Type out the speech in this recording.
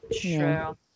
True